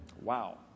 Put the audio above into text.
Wow